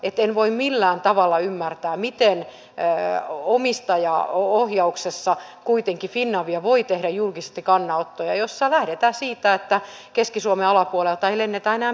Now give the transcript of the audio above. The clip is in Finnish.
en voi millään tavalla ymmärtää miten omistajaohjauksessa kuitenkin finavia voi tehdä julkisesti kannanottoja joissa lähdetään siitä että keski suomen alapuolelta ei lennetä enää mihinkään